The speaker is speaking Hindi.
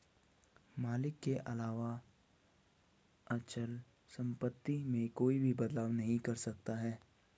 मालिक के अलावा अचल सम्पत्ति में कोई भी बदलाव नहीं कर सकता है